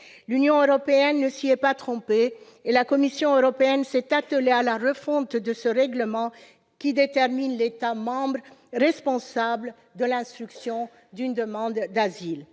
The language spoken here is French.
L'Union européenne ne s'y est pas trompée, et la Commission européenne s'est attelée à la refonte de ce règlement qui détermine l'État membre responsable de l'instruction d'une demande d'asile.